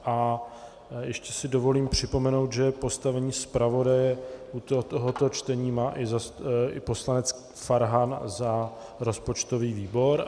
A ještě si dovolím připomenout, že postavení zpravodaje u tohoto čtení má i poslanec Farhan za rozpočtový výbor.